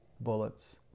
Bullets